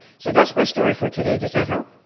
so that's my story for today. does that help?